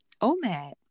omad